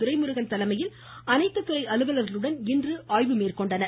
துரைமுருகன் தலைமையில் அனைத்து துறை அலுவலர்களுடன் இன்று ஆய்வு மேற்கொண்டனர்